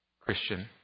Christian